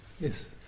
yes